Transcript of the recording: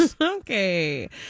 Okay